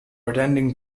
attending